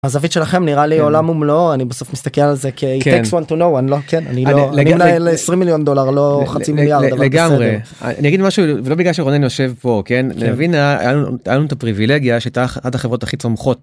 הזווית שלכם נראה לי עולם ומלואו, אני בסוף מסתכל על זה כ-איט טייקס וואן טו נואו וואן. לא, כן, אני לא אני לא 20 מיליון דולר לא חצי מיליארד. לגמרי, אני אגיד משהו זה לא בגלל שרונן יושב פה, כן? לוינה היה לנו את הפריבילגיה שהיתה את החברות הכי צומחות.